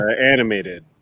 animated